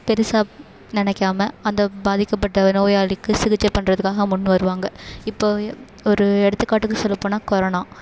பெருசாக நினைக்காம அந்த பாதிக்கப்பட்ட நோயாளிக்கு சிகிச்சை பண்ணுறதுக்காக முன் வருவாங்க இப்போது ஒரு எடுத்துக்காட்டுக்கு சொல்லப் போனால் கொரோனா